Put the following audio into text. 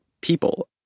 people